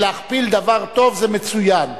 להכפיל דבר טוב זה מצוין.